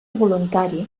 voluntari